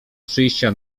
przyjścia